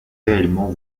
réellement